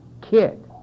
kid